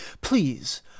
please